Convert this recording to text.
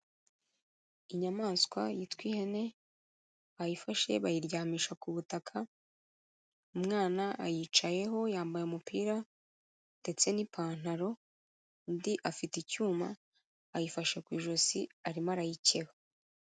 Inyamaswa yitwa ihene bayifashe bayiryamisha ku butaka, umwana ayicayeho yambaye umupira ndetse n'ipantaro, undi afite icyuma ayifashe ku ijosi arimo arayikeba.